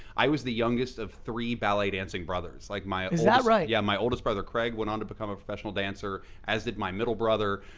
i was the youngest of three ballet dancing brothers. like is that right? yeah my oldest brother, craig, went on to become a professional dancer as did my middle brother.